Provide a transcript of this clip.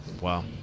Wow